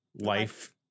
life